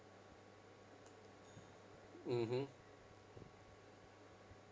mmhmm